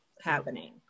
happening